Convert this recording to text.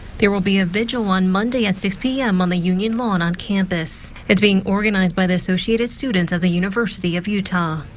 there will be a vigil on monday at six p m on the union lawn on campus. it's being organized by the associated students of the university of utah.